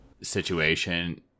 situation